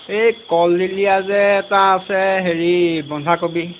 এই কলদিলীয়া যে এটা আছে হেৰি বন্ধাকবি